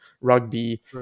rugby